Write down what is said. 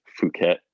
Phuket